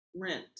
Rent